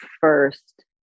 first